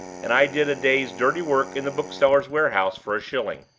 and i did a day's dirty work in the book-seller's warehouse for a shilling.